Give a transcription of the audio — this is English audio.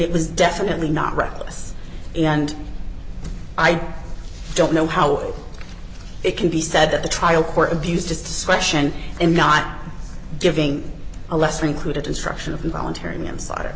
it was definitely not reckless and i don't know how it can be said that the trial court abused its discretion in not giving a lesser included instruction of involuntary manslaughter